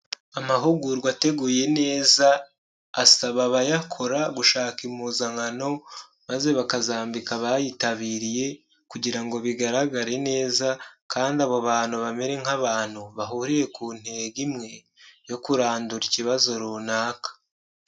Amahugurwa ateguye neza asaba abayakora gushaka impuzankano maze bakazambika abayitabiriye kugira ngo bigaragare neza, kandi abo bantu bamere nk'abantu bahuriye ku ntego imwe yo kurandura ikibazo runaka.